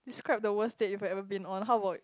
describe the worst date you've ever been on how about